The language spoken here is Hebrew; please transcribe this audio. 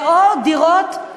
גם זה לא דיור בר-השגה.